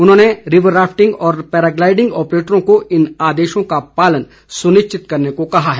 उन्होंने river rafting और paragliding ऑपरेटरों को इन आदेशों का पालन सुनिश्चित करने को कहा है